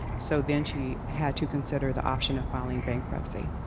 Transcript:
so then she had to consider the option of filing bankruptcy.